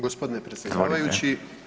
Gospodine predsjedavajući.